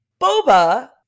Boba